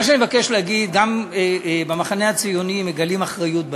מה שאני מבקש להגיד: גם במחנה הציוני מגלים אחריות בעניין,